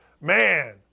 Man